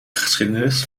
geschiedenis